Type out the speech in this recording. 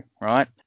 right